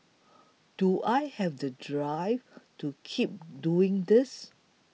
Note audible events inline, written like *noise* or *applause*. *noise* do I have the drive to keep doing this